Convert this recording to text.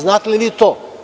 Znate li vi to?